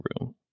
room